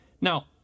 now